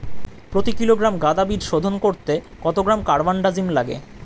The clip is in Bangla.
প্রতি কিলোগ্রাম গাঁদা বীজ শোধন করতে কত গ্রাম কারবানডাজিম লাগে?